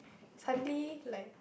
suddenly like